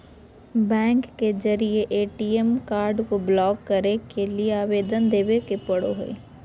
bank के जरिए ATM card को ब्लॉक करे के लिए आवेदन देबे पड़ो हइ